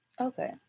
Okay